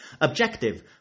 Objective